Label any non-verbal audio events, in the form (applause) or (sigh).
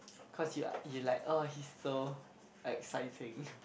cause he like he like oh he's so exciting (breath)